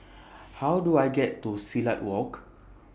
How Do I get to Silat Walk